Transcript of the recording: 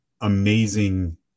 amazing